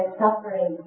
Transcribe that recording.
suffering